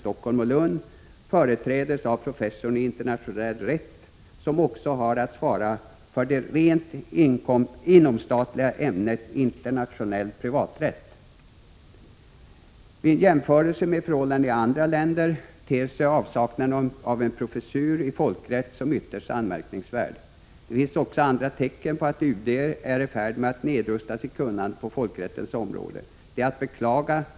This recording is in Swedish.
Stockholm och Lund, företräds av professorn i internationell rätt, som också har att svara för det rent inomstatliga ämnet internationell privaträtt. Vid en jämförelse med förhållandena i andra länder ter sig avsaknaden av en professur i folkrätt som ytterst anmärkningsvärd. Det finns också andra tecken på att UD är i färd med att nedrusta sitt kunnande på folkrättens område. Detta är att beklaga.